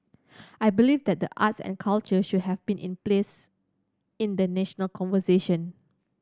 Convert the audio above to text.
I believe that the arts and culture should have been in place in the national conversation